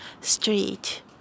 street